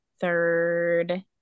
third